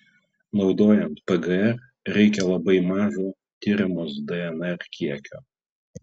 naudojant pgr reikia labai mažo tiriamos dnr kiekio